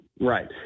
right